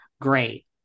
Great